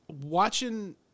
watching